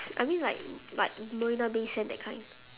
I mean like like marina-bay-sands that kind